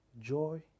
Joy